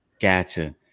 Gotcha